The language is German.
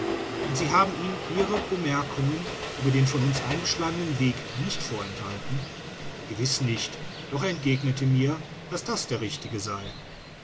und sie haben ihm ihre bemerkungen über den von uns eingeschlagenen weg nicht vorenthalten gewiß nicht doch er entgegnete mir daß das der richtige sei